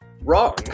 wrong